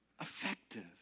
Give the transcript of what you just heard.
effective